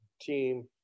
team